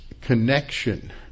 connection